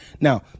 Now